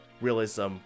realism